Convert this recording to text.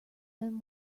men